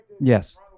Yes